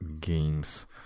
games